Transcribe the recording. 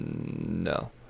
No